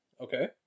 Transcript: Okay